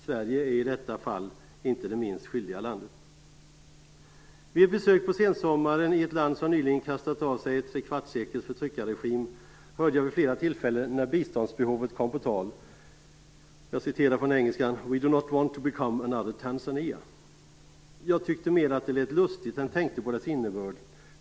Sverige är i detta avseende inte det minst skyldiga landet. Vid ett besök på sensommaren i ett land som nyligen kastat av sig tre kvarts sekels förtryckarregim, hörde jag vid flera tillfällen när biståndsbehovet kom på tal, jag citerar från engelskan: We don't want to become another Tanzania. Jag tyckte mer att detta lät lustigt än tänkte på dess innebörd.